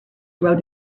rode